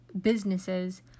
businesses